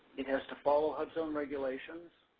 it has to follow hubzone regulations